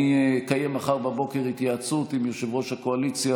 אני אקיים מחר בבוקר התייעצות עם יושב-ראש הקואליציה